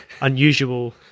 unusual